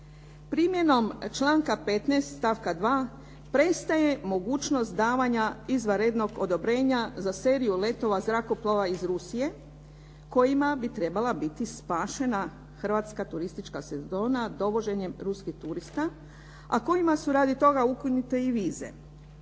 Primjenom članka 15. stavka 2. prestaje mogućnost davanja izvanrednog odobrenja za seriju letova zrakoplova iz Rusije kojima bi trebala biti spašena hrvatska turistička sezona dovođenjem ruskih turista a kojima su radi toga ukinute i vize.